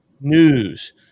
news